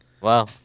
Wow